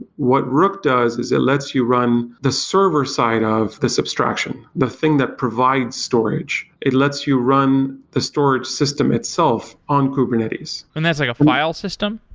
what rook does is it lets you run the server side of this abstraction, the thing that provides storage. it lets you run the storage system itself on kubernetes and that's like a file system?